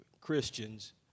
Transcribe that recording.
Christians